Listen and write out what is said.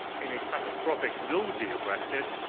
in a catastrophic no deal brexit,